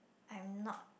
I'm not